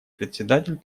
председатель